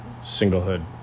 singlehood